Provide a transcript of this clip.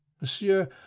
Monsieur